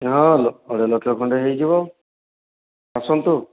ହଁ ଅଢ଼େଇ ଲକ୍ଷ ଖଣ୍ଡେ ହୋଇଯିବ ଆସନ୍ତୁ